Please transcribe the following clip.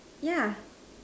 yeah